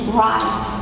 rise